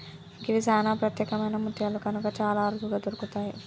గివి సానా ప్రత్యేకమైన ముత్యాలు కనుక చాలా అరుదుగా దొరుకుతయి